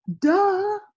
Duh